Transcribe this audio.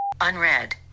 Unread